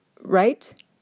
right